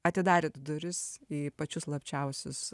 atidarėt duris į pačius slapčiausius